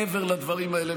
מעבר לדברים האלה,